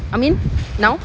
amin now